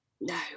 No